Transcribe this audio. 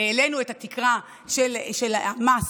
העלינו את התקרה של המס,